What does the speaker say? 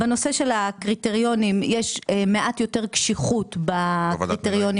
בנושא של הקריטריונים יש מעט יותר קשיחות בקריטריונים